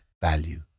value